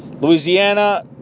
Louisiana